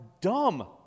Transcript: dumb